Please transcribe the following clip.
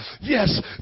yes